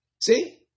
See